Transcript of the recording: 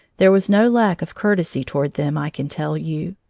there was no lack of courtesy toward them, i can tell you.